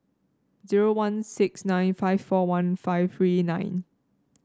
zero one six nine five four one five three nine